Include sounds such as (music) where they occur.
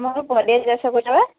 ମୋର (unintelligible)